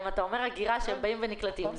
אם אתה אומר הגירה שבאים ונקלטים,